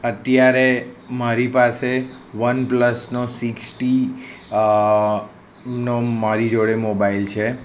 અત્યારે મારી પાસે વનપ્લસનો સિક્સ ટી નો મારી જોડે મોબાઈલ છે